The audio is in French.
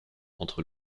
entre